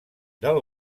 del